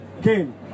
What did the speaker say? game